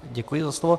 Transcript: Děkuji za slovo.